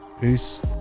Peace